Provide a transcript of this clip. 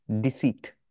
deceit